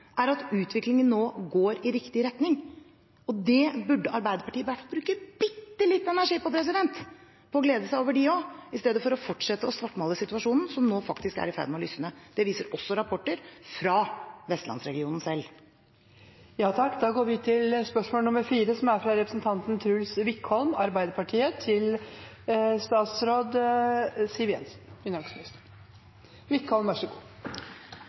er at utviklingen nå går i riktig retning, og det burde Arbeiderpartiet bruke i hvert fall bitte litt energi på å glede seg over, de også, i stedet for å fortsette å svartmale situasjonen, som nå faktisk er i ferd med å lysne. Det viser også rapporter fra Vestlandsregionen selv. Denne regjeringen fører en politikk som fremmer flere jobber, bedre velferd og en trygg hverdag. Det er en politikk som kommer alle til